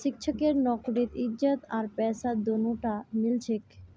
शिक्षकेर नौकरीत इज्जत आर पैसा दोनोटा मिल छेक